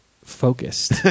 Focused